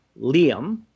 Liam